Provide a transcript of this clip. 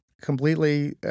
completely